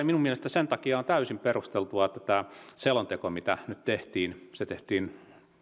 minun mielestäni sen takia on täysin perusteltua että tämä selonteko mikä nyt tehtiin tehtiin